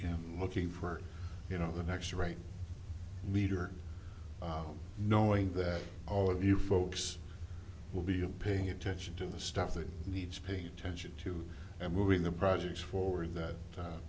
know looking for you know the next right leader knowing that all of you folks will be paying attention to the stuff that needs paying attention to and moving the projects forward